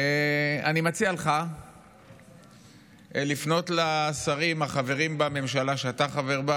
אני מציע לך לפנות לשרים החברים בממשלה שאתה חבר בה,